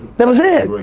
that was it,